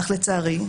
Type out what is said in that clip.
אך לצערי,